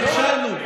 נכשלנו.